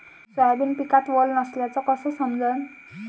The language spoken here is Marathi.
सोयाबीन पिकात वल नसल्याचं कस समजन?